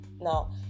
Now